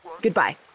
Goodbye